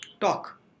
talk